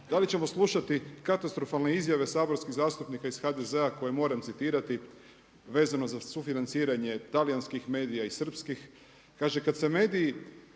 Da li ćemo slušati katastrofalne izjave saborskih zastupnika iz HDZ-a koje moram citirati vezano za sufinanciranje talijanskih medija i srpskih.